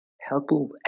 helpful